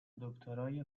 دکترای